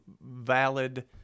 valid